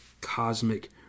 cosmic